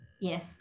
yes